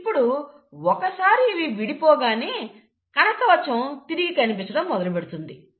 ఇప్పుడు ఒకసారి ఇవి విడిపోగానే కణకవచం తిరిగి కనిపించడం మొదలుపెడుతుంది